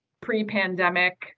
pre-pandemic